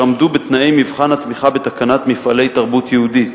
עמדו בתנאי מבחן התמיכה בתקנת "מפעלי תרבות יהודית"